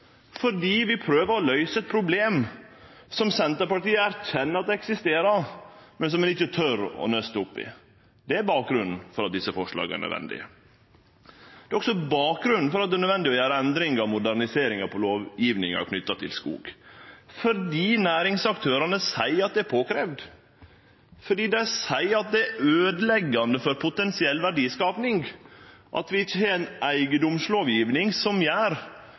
fordi vi prøver å løyse eit problem som Senterpartiet erkjenner eksisterer, men som ein ikkje tør å nøste opp i. Det er bakgrunnen for at desse forslaga er nødvendige. Det er også bakgrunnen for at det er nødvendig å gjere endringar og moderniseringar i lovgjevinga knytt til skog. Det er fordi næringsaktørane seier at det er påkravd, og fordi dei seier at det er øydeleggjande for ei potensiell verdiskaping at vi ikkje har ei eigedomslovgjeving som gjer